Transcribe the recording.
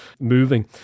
moving